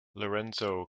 lorenzo